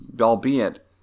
albeit